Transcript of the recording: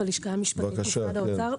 בבקשה.